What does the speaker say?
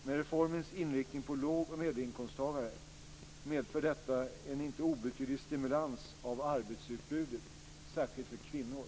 Med reformens inriktning på låg och medelinkomsttagare medför detta en inte obetydlig stimulans av arbetsutbudet, särskilt för kvinnor.